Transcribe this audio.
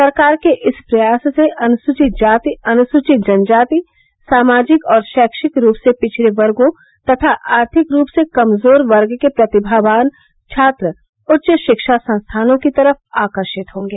सरकार के इस प्रयास से अनुसूचित जाति अनुसूचित जनजाति सामाजिक और शैक्षिक रूप से पिछड़े वर्गों तथा आर्थिक रूप से कमजोर वर्ग के प्रतिभावान छात्र उच्च शिक्षा संस्थानों की तरफ आकर्षित होंगे